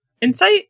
insight